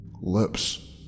Lips